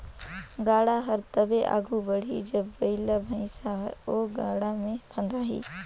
गाड़ा हर तबे आघु बढ़ही जब बइला भइसा हर ओ गाड़ा मे फदाही